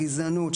גזענות,